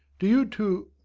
do you, too?